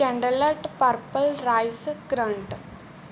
candlelit purple rice current